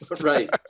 Right